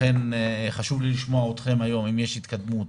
לכן חשוב לי לשמוע אתכם היום אם יש התקדמות,